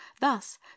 thus